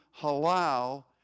halal